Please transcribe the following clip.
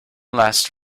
last